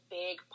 big